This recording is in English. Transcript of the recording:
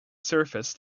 surface